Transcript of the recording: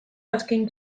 azken